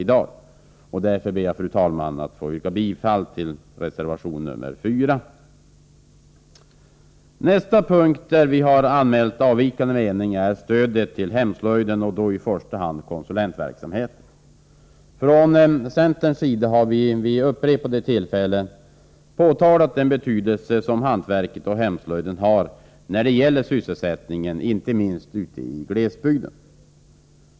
Jag yrkar därför bifall till reservation nr 4. Nästa punkt där vi anmält avvikande mening är stödet till hemslöjden och då i första hand konsulentverksamheten. Från centerns sida har vi vid upprepade tillfällen framhållit vilken betydelse hantverket och hemslöjden har när det gäller sysselsättningen, inte minst i glesbygderna.